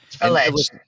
Alleged